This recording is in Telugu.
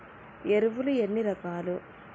ఎరువులు ఎన్ని రకాలు?